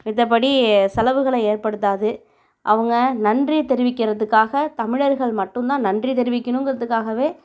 மத்தபடி செலவுகளை ஏற்படுத்தாது அவங்க நன்றியை தெரிவிக்கிறதுக்காக தமிழர்கள் மட்டும் தான் நன்றி தெரிவிக்கணுங்கிறதுக்காகவே